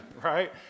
right